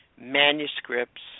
manuscripts